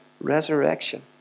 Resurrection